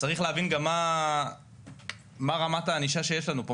צריך להבין גם מה רמת הענישה שיש לנו פה,